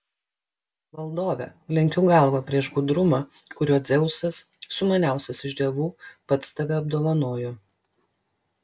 valdove lenkiu galvą prieš gudrumą kuriuo dzeusas sumaniausias iš dievų pats tave apdovanojo